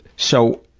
so,